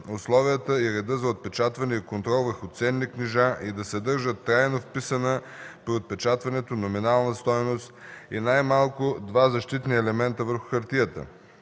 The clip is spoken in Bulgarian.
условията и реда за отпечатване и контрол върху ценни книжа и да съдържат трайно вписана при отпечатването номинална стойност и най-малко два защитни елемента върху хартията.